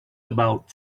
about